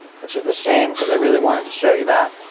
which is a shame because i really wanted to show you that!